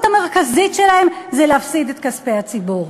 המרכזית שלהם זה להפסיד את כספי הציבור.